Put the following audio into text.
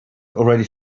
already